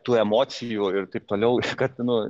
tų emocijų ir taip toliau kad nu